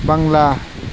बांला